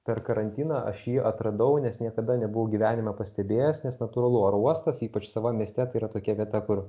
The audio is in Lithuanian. per karantiną aš jį atradau nes niekada nebuvau gyvenime pastebėjęs nes natūralu oro uostas ypač savam mieste yra tokia vieta kur